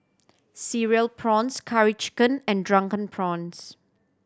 Cereal Prawns Curry Chicken and Drunken Prawns